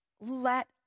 Let